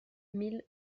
mille